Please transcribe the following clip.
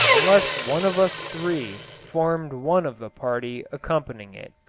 unless one of us three formed one of the party accompanying it.